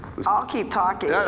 i'll keep talking, yeah